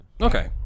Okay